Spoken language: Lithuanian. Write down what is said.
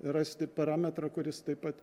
rasti parametrą kuris taip pat